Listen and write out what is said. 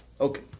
Okay